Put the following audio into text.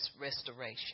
restoration